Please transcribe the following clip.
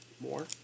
more